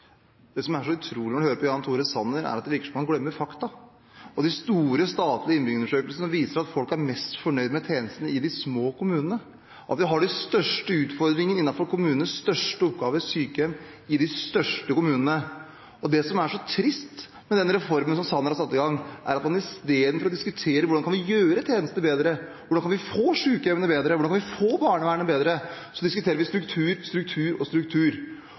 Det som er så utrolig når man hører på Jan Tore Sanner, er at det virker som om han glemmer fakta. De store statlige innbyggerundersøkelsene viser at folk er mest fornøyd med tjenestene i de små kommunene, at vi har de største utfordringene innenfor kommunenes største oppgave – sykehjem – i de største kommunene. Det som er så trist med denne reformen som Sanner har satt i gang, er at han istedenfor å diskutere hvordan vi kan gjøre tjenestene bedre, hvordan vi kan få sykehjemmene bedre, hvordan vi kan få barnevernet bedre, diskuterer struktur, struktur og struktur.